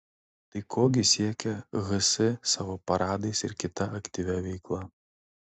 tai ko gi siekia hs savo paradais ir kita aktyvia veikla